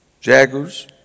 Jaggers